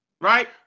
right